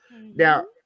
now